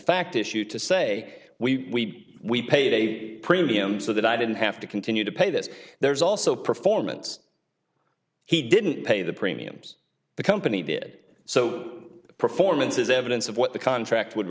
fact issue to say we we paid a premium so that i didn't have to continue to pay this there's also performance he didn't pay the premiums the company did so performance is evidence of what the contract would